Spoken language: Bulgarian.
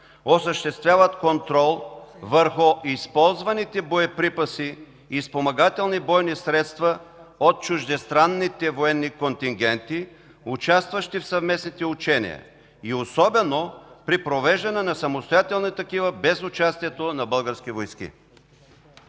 осъществяват контрол върху използваните боеприпаси и спомагателни бойни средства от чуждестранните военни контингенти, участващи в съвместните учения, и особено при провеждане на самостоятелни такива, без участието на български войски?